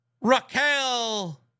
Raquel